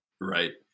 Right